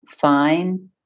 fine